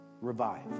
revive